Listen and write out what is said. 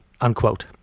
unquote